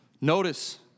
Notice